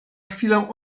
chwilę